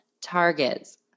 targets